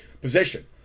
position